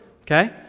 okay